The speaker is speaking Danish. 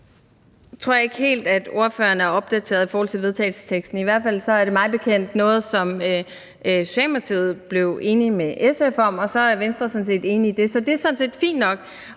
jeg ikke helt, at spørgeren er opdateret i forhold til forslaget til vedtagelse. Det er i hvert fald mig bekendt noget, som Socialdemokratiet blev enig med SF om, og så er Venstre sådan set enig i det. Det er sådan set fint nok,